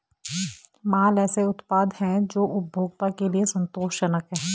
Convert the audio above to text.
माल ऐसे उत्पाद हैं जो उपभोक्ता के लिए संतोषजनक हैं